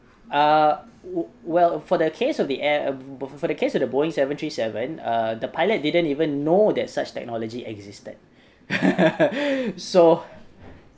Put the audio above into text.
ah w~ well for the case of the air for the case of the boeing seven three seven err the pilot didn't even know that such technology existed so